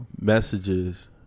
messages